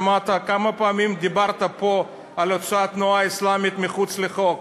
כמה פעמים דיברת פה על הוצאת התנועה האסלאמית מחוץ לחוק,